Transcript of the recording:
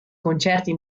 concerti